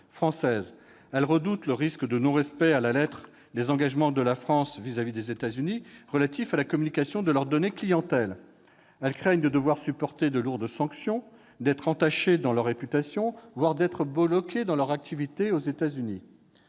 françaises. Celles-ci redoutent de ne pas respecter à la lettre des engagements de la France vis-à-vis des États-Unis relatifs à la communication de leurs données clientèle. Elles craignent de devoir supporter de lourdes sanctions, de voir leur réputation entachée, voire d'être bloquées dans leur activité aux États-Unis.